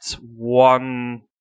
one